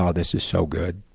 ah this is so good!